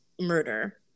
murder